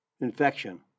infection